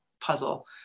puzzle